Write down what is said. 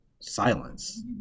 silence